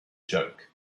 joke